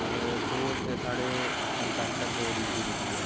और दौड़ते साढ़े हैल्थ आस्तै बड़ी जरूरी ऐ